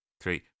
Three